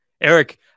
Eric